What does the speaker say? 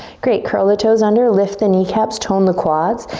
great, curl the tones under, lift the kneecaps, tone the quads.